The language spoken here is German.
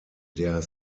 der